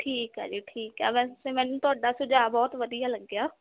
ਠੀਕ ਆ ਜੀ ਠੀਕ ਆ ਵੈਸੇ ਮੈਨੂੰ ਤੁਹਾਡਾ ਸੁਝਾਅ ਬਹੁਤ ਵਧੀਆ ਲੱਗਿਆ